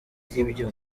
ibyo